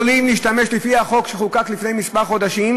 להשתמש בימי מחלה לפי החוק שחוקק לפני כמה חודשים,